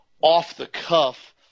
off-the-cuff